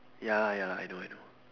ya lah ya lah I know I know